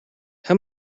how